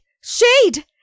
Shade